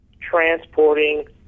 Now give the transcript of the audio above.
transporting